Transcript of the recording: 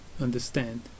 understand